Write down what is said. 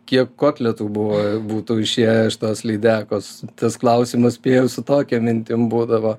kiek kotletų buvo būtų išėję iš tos lydekos tas klausimas spėju su tokia mintim būdavo